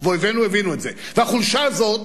ואויבינו הבינו את זה, והחולשה הזאת